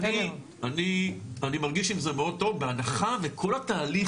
אני מרגיש עם זה מאוד טוב בהנחה וכך התהליך